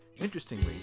Interestingly